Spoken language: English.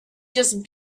just